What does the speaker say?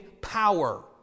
power